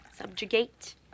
subjugate